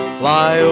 fly